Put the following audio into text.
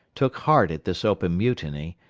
took heart at this open mutiny,